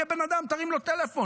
תהיה בן אדם, תרים לו טלפון.